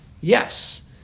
yes